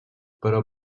però